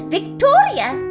Victoria